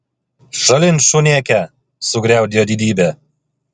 šalin šunėke sugriaudėjo didybė